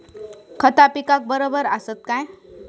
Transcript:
खता पिकाक बराबर आसत काय?